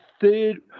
third